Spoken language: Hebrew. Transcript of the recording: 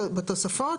המסחר.